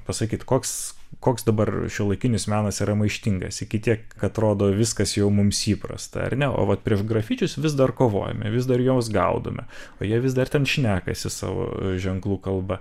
pasakyt koks koks dabar šiuolaikinis menas yra maištingas iki tiek atrodo viskas jau mums įprasta ar ne o vat prieš grafičius vis dar kovojame vis dar juos gaudome o jie vis dar ten šnekasi savo ženklų kalba